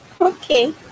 okay